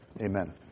Amen